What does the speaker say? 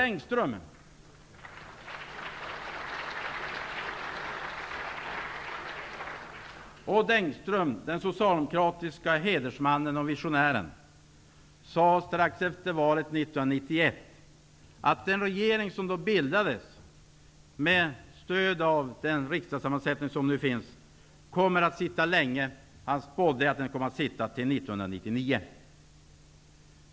Odd Engström, den socialdemokratiske hedersmannen och missionären, sade strax efter valet 1991 att den regering som då bildades, med stöd av den riksdagssammansättning som nu finns, kommer att sitta länge. Han spådde att den skulle sitta till 1999.